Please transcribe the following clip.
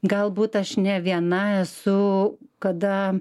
galbūt aš ne viena esu kada